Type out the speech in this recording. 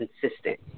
consistent